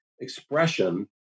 expression